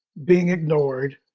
being ignored.